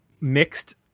mixed